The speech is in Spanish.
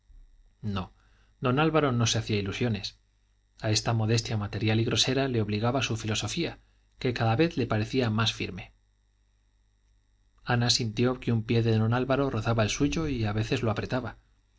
no don álvaro no se hacía ilusiones a esta modestia material y grosera le obligaba su filosofía que cada vez le parecía más firme ana sintió que un pie de don álvaro rozaba el suyo y a veces lo apretaba